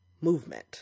movement